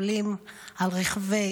עולים על רכבי